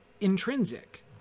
intrinsic